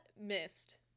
missed